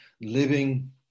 living